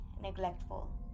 neglectful